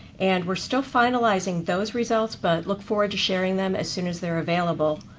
and we're still finalizing those results but look forward to sharing them as soon as they're available.